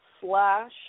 slash